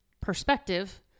perspective